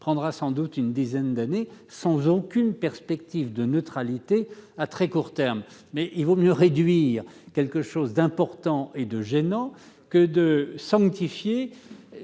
prendra sans doute une dizaine d'années, sans aucune perspective de neutralité à très court terme. Cependant, il vaut mieux réduire quelque chose d'important et de gênant que de sanctifier